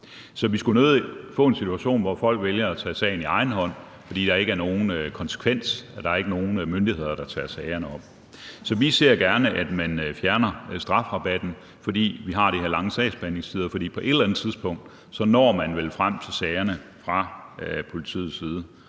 Vi skulle nødig få en situation, hvor folk vælger at tage sagen i egen hånd, fordi der ikke er nogen konsekvens, der ikke er nogen myndigheder, der tager sagerne op. Så vi ser gerne, at man fjerner strafrabatten, fordi vi har de her lange sagsbehandlingstider, for på et eller andet tidspunkt når man vel frem til sagerne fra politiets side,